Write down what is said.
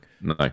no